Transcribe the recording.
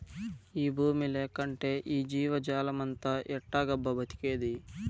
ఈ బూమి లేకంటే ఈ జీవజాలమంతా ఎట్టాగబ్బా బతికేది